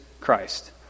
Christ